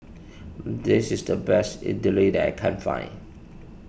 this is the best Idili that I can find